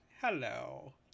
Hello